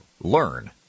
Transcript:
Learn